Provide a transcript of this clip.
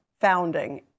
founding